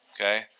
okay